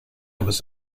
was